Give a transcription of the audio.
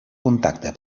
contacte